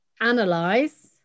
Analyze